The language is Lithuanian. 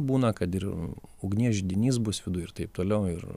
būna kad ir ugnies židinys bus viduj ir taip toliau ir